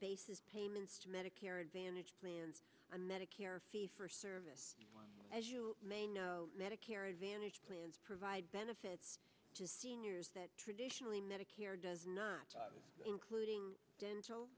bases payments to medicare advantage plans and medicare fee for service as you may know medicare advantage plans provide benefits to seniors that traditionally medicare does not including dental